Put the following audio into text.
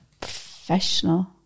professional